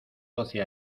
doce